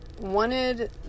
wanted